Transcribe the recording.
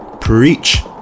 Preach